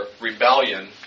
rebellion